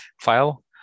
file